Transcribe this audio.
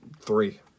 Three